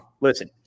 Listen